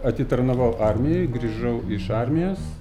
atitarnavau armijoj grįžau iš armijos